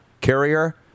carrier